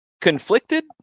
Conflicted